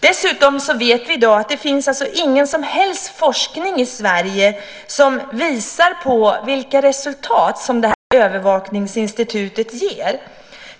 Dessutom vet vi i dag att det inte finns någon som helst forskning i Sverige som visar vilka resultat som övervakningsinstitutet ger.